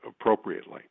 appropriately